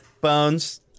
bones